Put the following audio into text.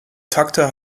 takte